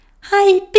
Hi